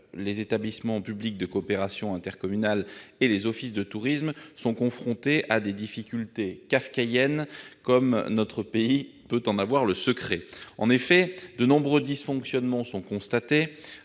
les établissements publics de coopération intercommunale et les offices de tourisme sont confrontés à des difficultés kafkaïennes comme notre pays peut en avoir le secret. En effet, on constate de nombreux dysfonctionnements en raison